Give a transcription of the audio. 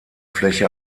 fläche